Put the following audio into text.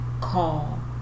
call